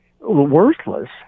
Worthless